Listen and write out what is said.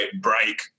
break